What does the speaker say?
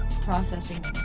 Processing